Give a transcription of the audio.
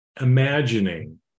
imagining